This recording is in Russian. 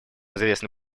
известны